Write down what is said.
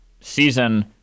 season